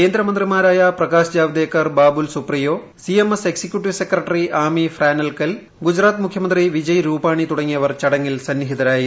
കേന്ദ്രമന്ത്രിമാരായ Prakash Javadekar Babul Supriyo C M S executive secretary Amy Fraenkel Gujarat മുഖ്യമന്ത്രി വിജയ് റൂപാനി തുടങ്ങിയവർ ചടങ്ങിൽ സന്നിഹിതരായിരുന്നു